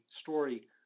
story